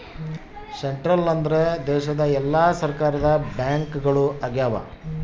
central ಅಂದ್ರ ದೇಶದ ಎಲ್ಲಾ ಸರ್ಕಾರದ ಬ್ಯಾಂಕ್ಗಳು ಆಗ್ಯಾವ